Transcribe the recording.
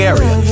Area